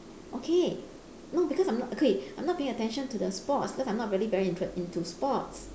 okay no because I'm not okay I'm not paying attention to the sports cause I'm not really very inter~ into sports